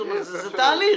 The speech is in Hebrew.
זאת אומרת זה תהליך,